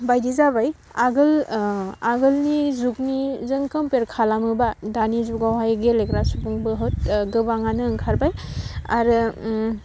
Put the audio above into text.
बायदि जाबाय आगोल आगोलनि जुगजों खमफियार खालामोबा दानि जुगावहाय गेलेग्रा सुबुं बहुद गोबाङानो ओंखारबाय आरो उम